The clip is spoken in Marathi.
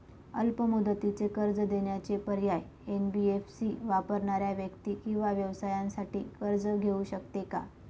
अल्प मुदतीचे कर्ज देण्याचे पर्याय, एन.बी.एफ.सी वापरणाऱ्या व्यक्ती किंवा व्यवसायांसाठी कर्ज घेऊ शकते का?